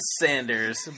Sanders